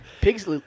Pigs